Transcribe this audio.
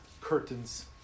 curtains